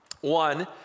One